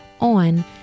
on